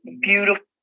beautiful